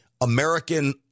American